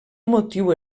motiu